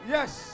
Yes